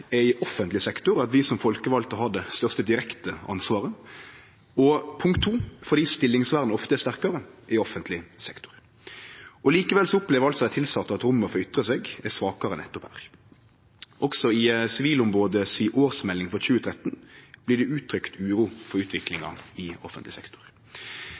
offentleg sektor, at vi som folkevalde har det største direkte ansvaret, og 2) fordi stillingsvernet ofte er sterkare i offentleg sektor. Likevel opplever altså dei tilsette at rommet for å ytre seg er svakare nettopp her. Også i Sivilombodets årsmelding for 2013 blir det uttrykt uro for utviklinga i offentleg sektor.